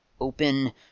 open